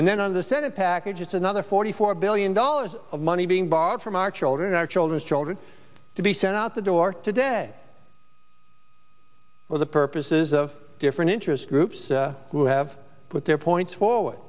and then on the senate package it's another forty four billion dollars of money being barred from our children our children's children to be sent out the door today for the purposes of different interest groups who have put their points forward